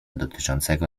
dotyczącego